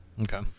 Okay